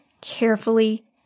carefully